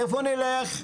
איפה נלך?